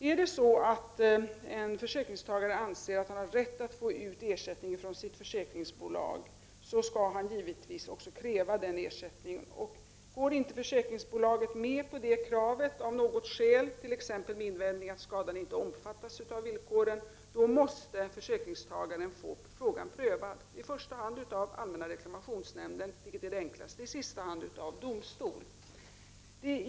Anser en försäkringstagare att han har rätt att få ut ersättning från sitt försäkringsbolag, skall han givetvis också kräva sådan ersättning. Går försäkringsbolaget av något skäl — t.ex. med invändningen att skadan inte omfattas av villkoren — inte med på det kravet, måste försäkringstagaren få frågan prövad, i första hand av allmänna reklamationsnämnden, vilket är det enklaste, och i sista hand av domstol.